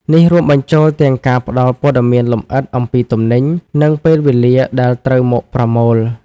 នេះរួមបញ្ចូលទាំងការផ្តល់ព័ត៌មានលម្អិតអំពីទំនិញ និងពេលវេលាដែលត្រូវមកប្រមូល។